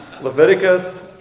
Leviticus